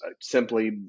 simply